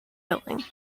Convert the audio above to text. billing